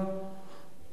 ואחריו,